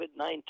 COVID-19